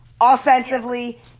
offensively